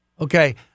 Okay